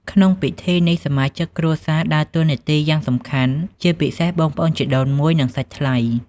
ក្នុងពិធីនេះ សមាជិកគ្រួសារដើរតួនាទីយ៉ាងសំខាន់ ជាពិសេសបងប្អូនជីដូនមួយ និងសាច់ថ្លៃ។